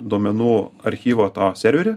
duomenų archyvo tą serverį